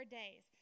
days